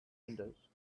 windows